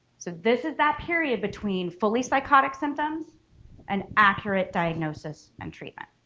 so this is that period between fully psychotic symptoms an accurate diagnosis and treatment.